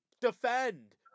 Defend